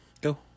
go